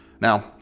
Now